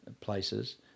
places